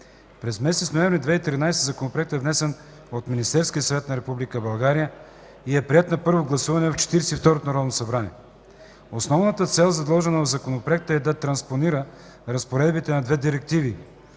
През месец ноември 2013 г. Законопроектът е внесен от Министерския съвет на Република България и е приет на първо гласуване от Четиридесет и второто народно събрание. Основната цел, заложена в Законопроекта, е да транспонира разпоредбите на две директиви: